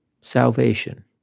salvation